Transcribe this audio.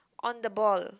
on the ball